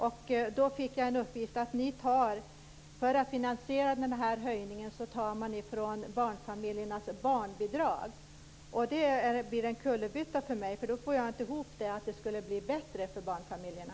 Jag fick en uppgift att ni för att finansiera höjningen tar från barnfamiljernas barnbidrag. Det blir en kullerbytta för mig. Jag får inte ihop att det skulle bli bättre för barnfamiljerna.